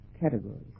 categories